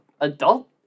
adult